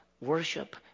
worship